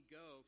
go